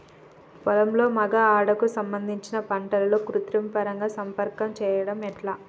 పొలంలో మగ ఆడ కు సంబంధించిన పంటలలో కృత్రిమ పరంగా సంపర్కం చెయ్యడం ఎట్ల?